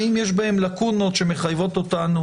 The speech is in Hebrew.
האם יש בהם לקונות שמחייבות אותנו